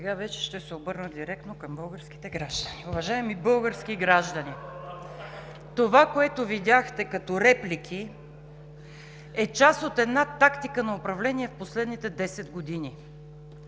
Сега вече ще се обърна директно към българските граждани. Уважаеми български граждани, това, което видяхте като реплики, е част от една тактика на управление през последните 10 години